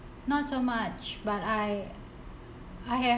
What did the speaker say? not so much but I I have